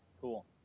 Cool